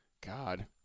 God